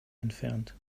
entfernt